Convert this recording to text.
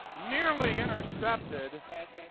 nearly intercepted.